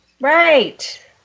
right